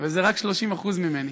וזה רק 30% ממני,